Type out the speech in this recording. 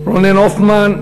רונן הופמן.